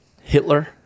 Hitler